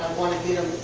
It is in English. wanna be